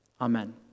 Amen